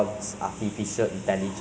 basically they're